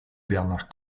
bernard